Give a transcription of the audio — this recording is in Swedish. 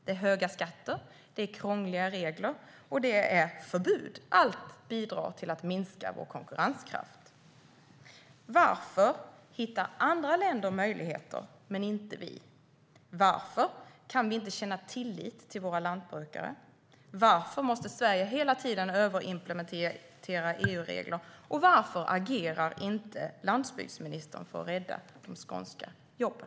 Det är höga skatter, krångliga regler och förbud. Allt bidrar till att minska vår konkurrenskraft. Varför hittar andra länder möjligheter men inte vi? Varför kan vi inte känna tillit till våra lantbrukare? Varför måste Sverige hela tiden överimplementera EU-regler? Varför agerar inte landsbygdsministern för att rädda de skånska jobben?